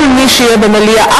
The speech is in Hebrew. כל מי שיהיה במליאה,